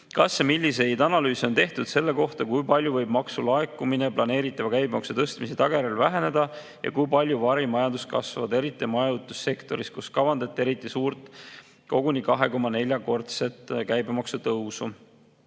ja milliseid analüüse on tehtud selle kohta, kui palju võib maksulaekumine planeeritava käibemaksu tõstmise tagajärjel väheneda ja kui palju varimajandus kasvada – eriti majutussektoris, kus kavandate eriti suurt, koguni 2,4-kordset käibemaksu tõusu?"